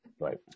Right